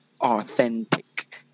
authentic